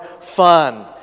fun